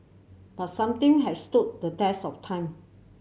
but some thing have stood the test of time